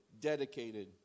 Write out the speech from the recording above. dedicated